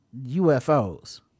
UFOs